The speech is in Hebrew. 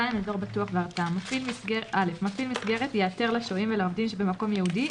"אזור בטוח והתרעה 2. מפעיל מסגרת יאתר לשוהים ולעובדים שבמקום ייעודי,